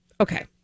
Okay